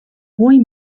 boy